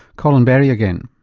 colin berry again.